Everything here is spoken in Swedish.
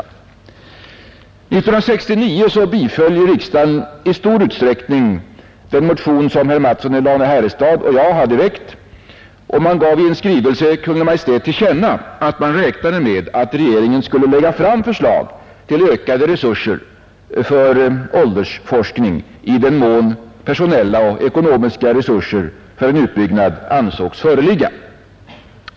År 1969 biföll riksdagen i stor utsträckning den motion som herr Mattsson i Lane-Herrestad och jag hade väckt och man gav i en skrivelse Kungl. Maj:t till känna att man räknade med att regeringen skulle lägga fram förslag till ökade resurser för åldersforskning i den mån personella och ekonomiska resurser för en utbyggnad ansågs föreligga.